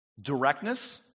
directness